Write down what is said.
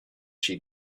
she